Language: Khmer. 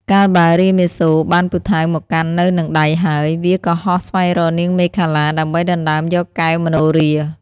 កាលបើរាមាសូរបានពូថៅមកកាន់នៅនឹងដៃហើយ វាក៏ហោះស្វែងរកនាងមេខលា ដើម្បីដណ្តើមយកកែវមនោហរា។